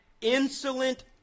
insolent